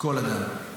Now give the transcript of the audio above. כל אדם.